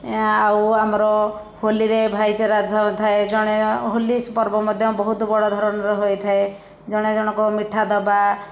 ଏ ଆଉ ଆମର ହୋଲିରେ ଭାଇଚାରା ଥ ଥାଏ ଜଣେ ହୋଲି ପର୍ବ ମଧ୍ୟ ବୋହୁତ ବଡ଼ ଧରଣର ହୋଇଥାଏ ଜଣେ ଜଣକୁ ମିଠା ଦବା